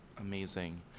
Amazing